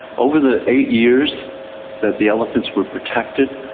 over the eight years that the elephants were protected,